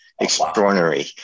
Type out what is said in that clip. extraordinary